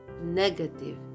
negative